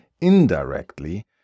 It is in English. indirectly